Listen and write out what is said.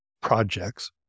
projects